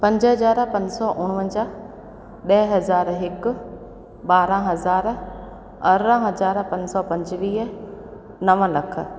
पंज हज़ार पंज सौ उणवंजाह ॾह हज़ार हिकु ॿारहां हज़ार अरिड़हां हज़ार पंज सौ पंजवीह नव लख